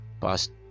past